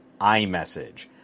iMessage